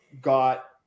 got